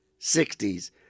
60s